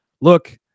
Look